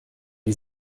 die